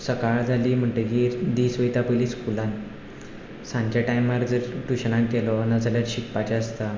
सकाळ जाली म्हणटकीर दीस वयता पयलीं स्कुलांत सांजेच्या टायमार ट्यूशनाक गेलो ना जाल्यार शिकपाचें आसता